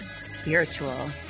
spiritual